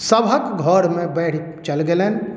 सभके घरमे बाढ़ि चलि गेलनि